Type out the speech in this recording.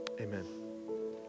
Amen